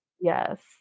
Yes